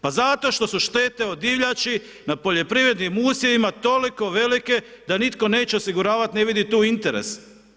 Pa zato što su štete od divljači na poljoprivrednim usjevima toliko velike da nitko neće osiguravati, ni vidjet tu interes.